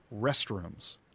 restrooms